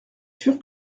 sûr